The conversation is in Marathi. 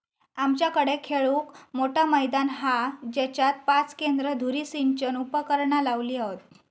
आमच्याकडे खेळूक मोठा मैदान हा जेच्यात पाच केंद्र धुरी सिंचन उपकरणा लावली हत